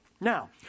Now